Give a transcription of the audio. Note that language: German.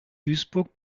duisburg